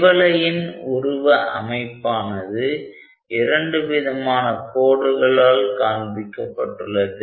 திவலையின் உருவ அமைப்பானது இரண்டு விதமான கோடுகளால் காண்பிக்கப்பட்டுள்ளது